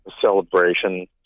celebration